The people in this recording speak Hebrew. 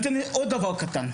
עוד דבר קטן,